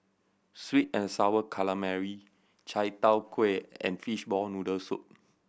sweet and Sour Calamari chai tow kway and fishball noodle soup